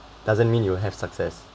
doesn't mean you have success